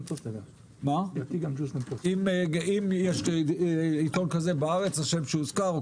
אם יש עיתון כזה בארץ שלא הוזכר,